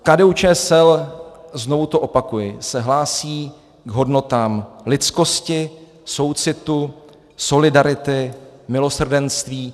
KDUČSL, znovu to opakuji, se hlásí k hodnotám lidskosti, soucitu, solidarity, milosrdenství.